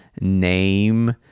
name